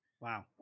Wow